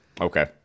Okay